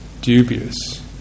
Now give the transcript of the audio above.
dubious